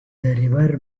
river